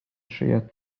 szyję